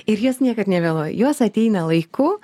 ir jos niekad nevėluoja jos ateina laiku